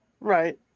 Right